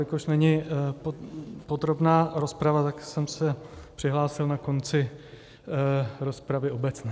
Jelikož není podrobná rozprava, tak jsem se přihlásil na konci rozpravy obecné.